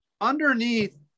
underneath